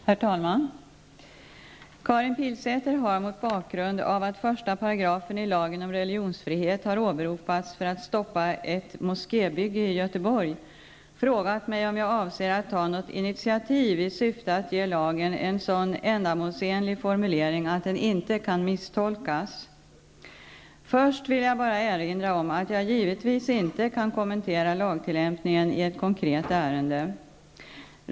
Herr talman! Karin Pilsäter har mot bakgrund av att 1 § i lagen om religionsfrihet har åberopats för att stoppa ett moskébygge i Göteborg frågat mig om jag avser att ta något initiativ i syfte att ge lagen en sådan ändamålsenlig formulering att den inte kan misstolkas. Först vill jag bara erinra om att jag givetvis inte kan kommentera lagtillämpningen i ett konkret ärende.